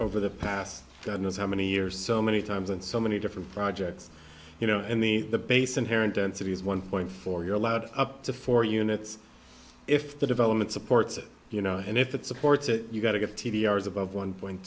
over the past god knows how many years so many times and so many different projects you know and the the base inherent density is one point four you're allowed up to four units if the development supports it you know and if it supports it you've got